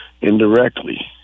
indirectly